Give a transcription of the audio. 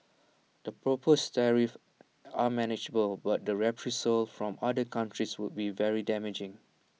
the proposed tariffs are manageable but the reprisals from other countries would be very damaging